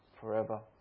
forever